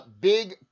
big